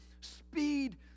speed